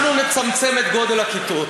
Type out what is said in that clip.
אנחנו נצמצם את גודל הכיתות.